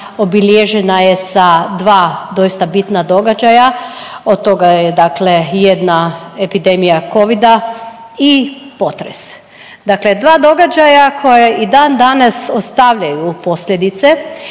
obilježena je sa dva doista bitna događaja, od toga je dakle jedna epidemija covida i potres. Dakle dva događaja koja i dandanas ostavljaju posljedice